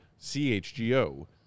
CHGO